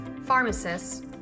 pharmacists